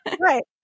right